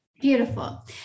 Beautiful